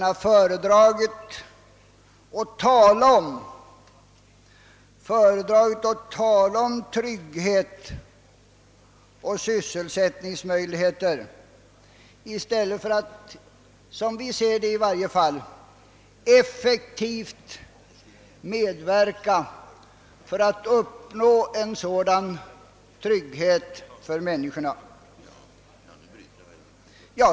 Högern har föredragit att tala om trygghet och sysselsättningsmöjligheter i stället för att, som vi ser det i varje fall, effektivt medverka till att åstadkomma en sådan trygghet för människor.